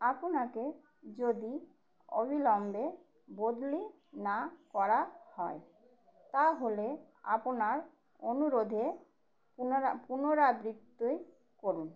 আপনাকে যদি অবিলম্বে বদলি না করা হয় তাহলে আপনার অনুরোধে পুনরা পুনরাবৃত্তি করুন